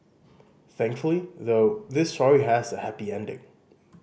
thankfully though this story has a happy ending